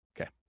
Okay